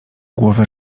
głowę